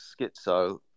schizo